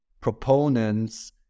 proponents